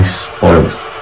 spoiled